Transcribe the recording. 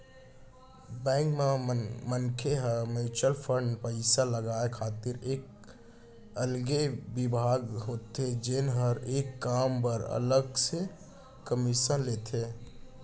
bank म मनसे ह म्युचुअल फंड पइसा लगाय खातिर एक अलगे बिभाग होथे जेन हर ए काम बर अलग से कमीसन लेथे